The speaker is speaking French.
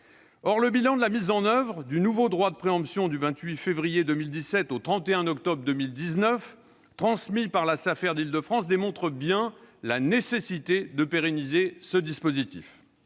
Or le bilan de la mise en oeuvre du nouveau droit de préemption du 28 février 2017 au 31 octobre 2019, transmis par la Safer Île-de-France, montre bien la nécessité de pérenniser le dispositif.